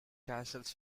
castles